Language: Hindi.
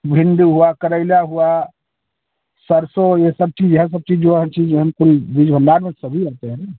भिंडी हुआ करेला हुआ सरसों ये सब चीज़ है सब चीज़ जो हर चीज़ हम पूरी बीज भंडार में सभी रखते हैं ना